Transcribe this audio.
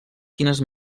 quines